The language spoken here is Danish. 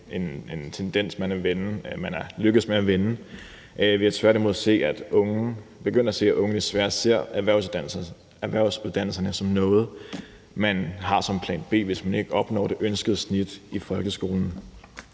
ikke er en tendens, man er lykkedes med at vende. Vi er tværtimod begyndt at se, at unge desværre ser erhvervsuddannelserne som noget, man har som plan B, hvis man ikke opnår det ønskede snit i folkeskolen.